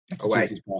away